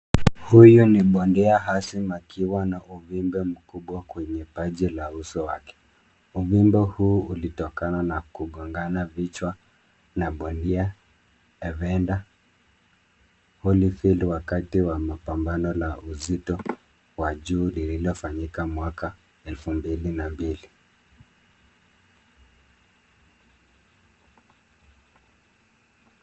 Huyu ni bondia Hassan akiwa na uvimbe mkubwa kwenye paji la uso wake. Uvimbe huu ulitokana na kugongana vichwa na bondia Evander Holyfield wakati wa mapambano la uzito wa juu lililofanyika mwaka 2002.